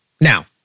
Now